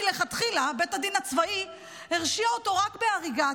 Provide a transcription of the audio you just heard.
מלכתחילה בית הדין הצבאי הרשיע אותו רק בהריגה.